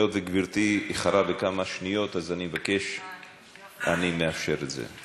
היות שגברתי איחרה בכמה שניות אני מאפשר את זה,